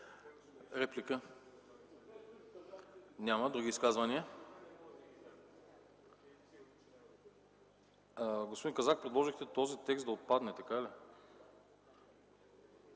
Реплика? Няма. Други изказвания? Господин Казак, предложихте този текст да отпадне?